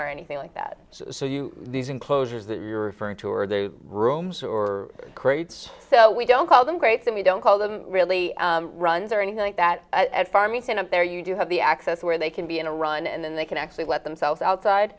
or anything like that so these enclosures that you're referring to are their rooms or crates so we don't call them grace and we don't call them really runs or anything like that at farmington up there you do have the access where they can be in a run and then they can actually let themselves outside